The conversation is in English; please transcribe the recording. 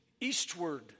eastward